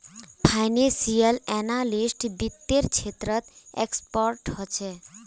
financial analyst वित्त्तेर क्षेत्रत expert ह छे